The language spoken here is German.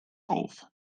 auf